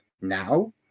now